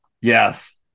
Yes